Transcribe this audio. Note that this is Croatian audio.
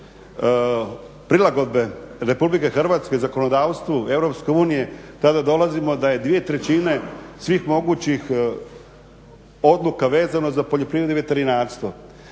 prilagodbe, znači RH, zakonodavstvu EU, tada dolazimo da je dvije trećine svih mogućih odluka vezano za poljoprivredu i veterinarstvo.